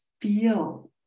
feel